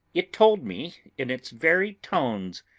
it told me, in its very tones,